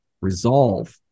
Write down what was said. resolve